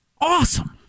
Awesome